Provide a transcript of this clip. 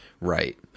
Right